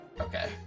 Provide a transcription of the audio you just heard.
Okay